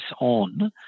on